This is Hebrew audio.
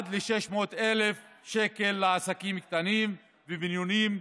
עד 600,000 שקלים לעסקים קטנים ובינוניים,